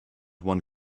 one